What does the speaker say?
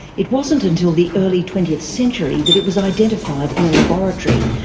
it wasn't until the early twentieth century that it was identified in a laboratory,